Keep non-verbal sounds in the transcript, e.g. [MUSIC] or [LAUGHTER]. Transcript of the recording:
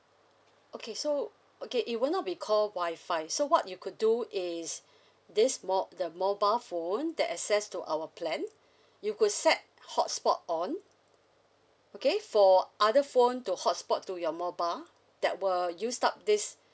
okay so okay it will not be call Wi-Fi so what you could do is [BREATH] this mo~ the mobile phone that access to our plan [BREATH] you could set hotspot on okay for other phone to hotspot to your mobile that will used up this [BREATH]